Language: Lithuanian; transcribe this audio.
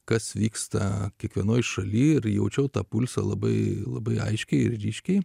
kas vyksta kiekvienoje šalyje ir jaučiau tą pulsą labai labai aiškiai ryškiai